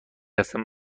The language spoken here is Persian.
هستم